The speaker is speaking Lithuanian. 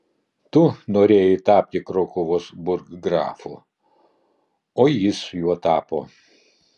tu norėjai tapti krokuvos burggrafu o jis juo tapo